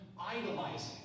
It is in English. idolizing